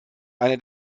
eine